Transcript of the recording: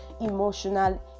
emotional